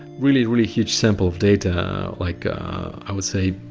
really really huge sample of data like i would say,